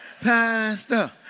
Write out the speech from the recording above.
Pastor